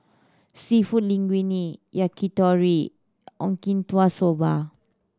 Seafood Linguine Yakitori Soba